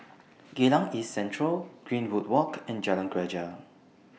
Geylang East Central Greenwood Walk and Jalan Greja